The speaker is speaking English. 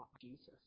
Jesus